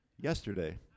yesterday